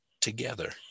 Together